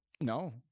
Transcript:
No